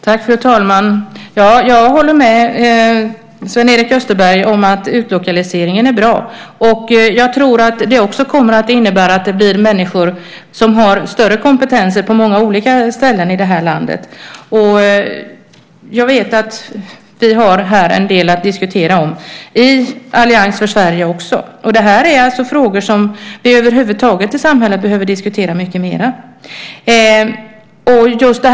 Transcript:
Fru talman! Jag håller med Sven-Erik Österberg om att utlokaliseringen är bra. Jag tror att den också kommer att innebära att det blir människor som har större kompetens på många olika ställen i det här landet. Jag vet att vi här har en del att diskutera också i Allians för Sverige. Det här är frågor som vi över huvud taget behöver diskutera mycket mer i samhället.